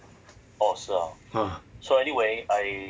ah